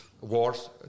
wars